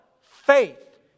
Faith